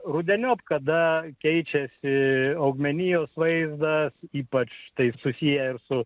rudeniop kada keičiasi augmenijos vaizdą ypač tai susiję su